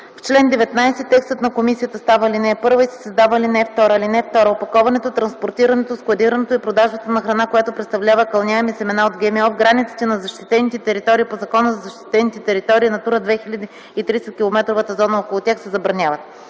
В чл. 19 текстът на комисията става ал. 1 и се създава ал. 2: „(2) Опаковането, транспортирането, складирането и продажбата на храна, която представлява кълняеми семена от ГМО, в границите на защитените територии по Закона за защитените територии, „Натура 2000” и 30-километровата зона около тях се забраняват.”